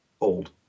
old